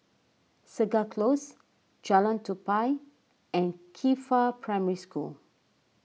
Segar Close Jalan Tupai and Qifa Primary School